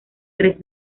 tres